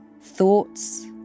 thoughts